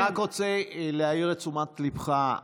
אני רק רוצה להעיר את תשומת ליבך,